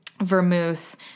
vermouth